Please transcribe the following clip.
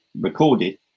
recorded